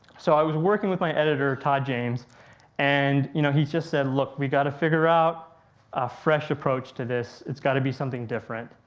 so i was working with my editor todd james and you know, he just said look we got to figure out a fresh approach to this, it's got to be something different.